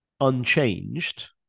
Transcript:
unchanged